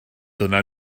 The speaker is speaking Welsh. dyna